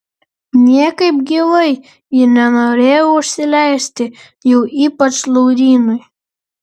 niekaip gyvai ji nenorėjo užsileisti jau ypač laurynui